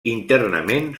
internament